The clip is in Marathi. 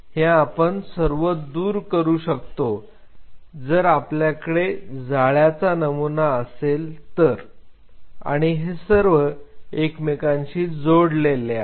हे आपण सर्व दूर करू शकतो जर आपल्याकडे जाळ्याचा नमुना असेल तर आणि हे सर्व एकमेकांशी जोडलेले आहे